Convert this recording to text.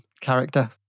character